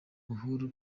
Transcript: buhuru